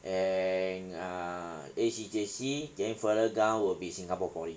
and err A_C_J_C then further down will be singapore poly